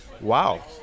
wow